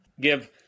give